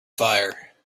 fire